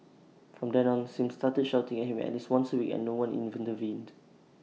from then on Sim started shouting at him at least once A week and no one intervened